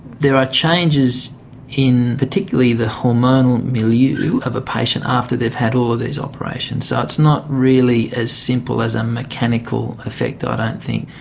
there are changes in particularly the hormonal milieu of a patient after they've had all of these operations, so it's not really as simple as a mechanical effect i don't think.